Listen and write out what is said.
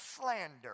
slander